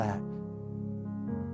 back